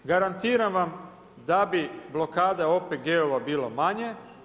Garantiram vam da bi blokada OPG-ova bilo manje.